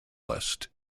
list